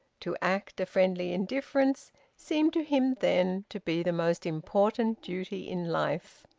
to act a friendly indifference seemed to him, then, to be the most important duty in life.